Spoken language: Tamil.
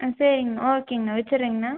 ஆ சரிங்கண்ணா ஓகேங்கண்ணா வச்சிறேங்கண்ணா